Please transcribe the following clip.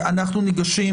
אנחנו ניגשים